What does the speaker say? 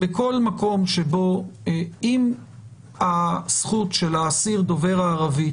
בכל מקום שבו אם הזכות של האסיר דובר הערבית